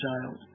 child